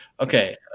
Okay